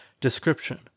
Description